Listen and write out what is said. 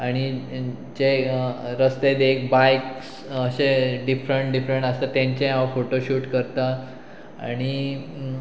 आनी जे रस्ते दे एक बायक्स अशे डिफरंट डिफरंट आसता तेंचे हांव फोटो शूट करता आनी